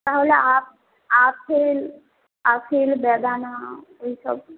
তাহলে আপ apple apple বেদানা ওই সব